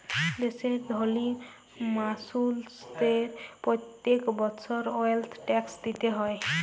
দ্যাশের ধলি মালুসদের প্যত্তেক বসর ওয়েলথ ট্যাক্স দিতে হ্যয়